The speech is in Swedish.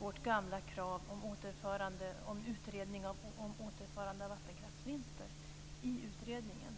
vårt gamla krav om återförande av vattenkraftsvinsten i utredningen.